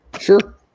Sure